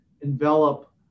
envelop